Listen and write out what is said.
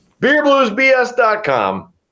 Beerbluesbs.com